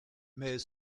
mais